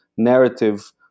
narrative